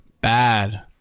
bad